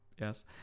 Yes